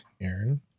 Aaron